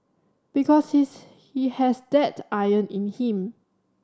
because he's he has that iron in him